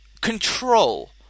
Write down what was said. control